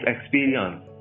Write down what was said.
experience